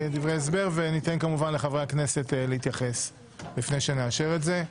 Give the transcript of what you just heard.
ניתן כמובן לחברי הכנסת להתייחס לפני שנאשר את זה.